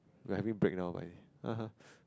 we are having break now right ha ha